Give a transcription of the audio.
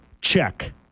check